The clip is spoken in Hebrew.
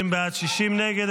50 בעד, 60 נגד.